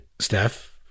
Steph